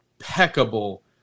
impeccable